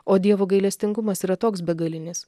o dievo gailestingumas yra toks begalinis